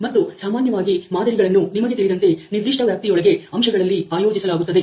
ಮತ್ತು ಸಾಮಾನ್ಯವಾಗಿ ಮಾದರಿಗಳನ್ನು ನಿಮಗೆ ತಿಳಿದಂತೆ ನಿರ್ದಿಷ್ಟ ವ್ಯಾಪ್ತಿಯೊಳಗೆ ಅಂಶಗಳಲ್ಲಿ ಆಯೋಜಿಸಲಾಗುತ್ತದೆ